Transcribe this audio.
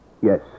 Yes